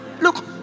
Look